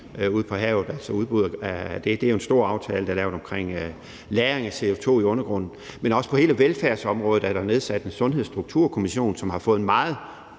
ude på havet. Det er jo en stor aftale, der er lavet, om lagring af CO2 i undergrunden. Men også på hele velfærdsområdet er der nedsat en Sundhedsstrukturkommission, som har fået et meget